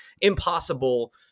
impossible